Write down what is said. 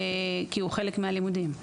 כי הוא חלק מהלימודים.